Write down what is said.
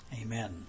Amen